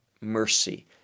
mercy